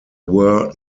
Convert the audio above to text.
were